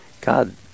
god